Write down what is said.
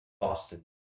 Boston